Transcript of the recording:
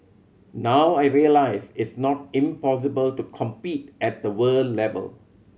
now I realise it's not impossible to compete at the world level